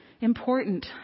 important